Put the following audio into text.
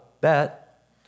bet